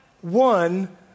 one